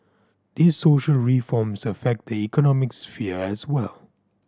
these social reforms affect the economic sphere as well